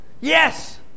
Yes